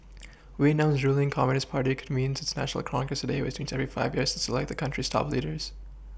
Vietnam's ruling communist party convenes its national congress today which meets every five years to select the country's top leaders